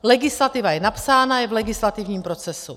Legislativa je napsána, je v legislativním procesu.